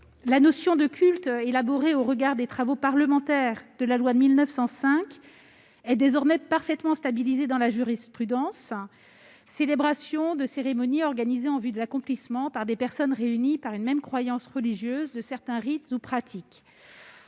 La notion de culte, élaborée au regard des travaux parlementaires de la loi de 1905, est désormais parfaitement stabilisée dans la jurisprudence : il s'agit de la « célébration de cérémonies organisées en vue de l'accomplissement, par des personnes réunies par une même croyance religieuse, de certains rites ou de